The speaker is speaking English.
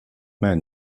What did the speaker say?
man